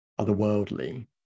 otherworldly